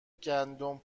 گندم